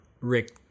Rick